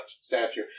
statue